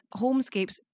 Homescapes